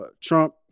Trump